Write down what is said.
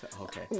okay